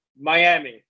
Miami